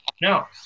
No